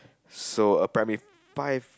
so a primary five